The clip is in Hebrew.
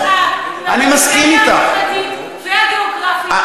לפריפריה החברתית והגיאוגרפית,